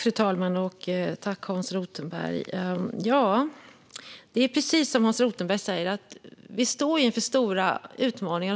Fru talman! Tack, Hans Rothenberg! Precis som Hans Rothenberg säger står vi inför